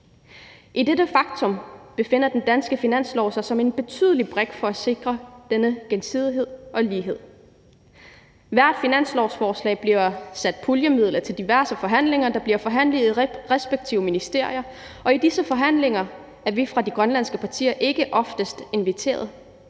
I dette faktum befinder den danske finanslov sig som en betydelig brik til at sikre denne gensidighed og lighed. I hvert finanslovsforslag bliver der sat puljemidler af til diverse forhandlinger, der bliver forhandlet i de respektive ministerier, og i disse forhandlinger er vi fra de grønlandske partier oftest ikke inviteret,